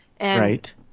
Right